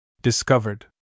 discovered